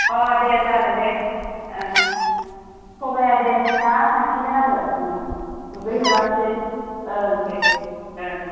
अ' दे जागोन दे ओं थगाया दे दा थांसिगोन आङो ओं दुगै होलांसै ओं दे ओं